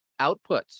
outputs